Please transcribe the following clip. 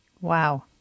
Wow